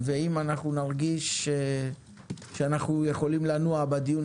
אם אנחנו נרגיש שאנחנו יכולים לנוע בדיון